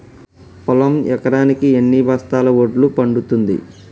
పొలం ఎకరాకి ఎన్ని బస్తాల వడ్లు పండుతుంది?